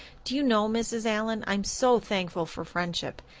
do you know, mrs. allan, i'm so thankful for friendship.